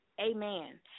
Amen